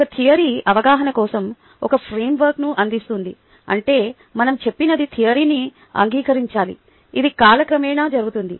ఒక థియరీ అవగాహన కోసం ఒక ఫ్రేమ్వర్క్ను అందిస్తుంది అంటే మనం చెప్పినది థియరీన్ని అంగీకరించాలి అది కాలక్రమేణా జరుగుతుంది